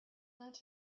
lent